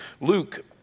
Luke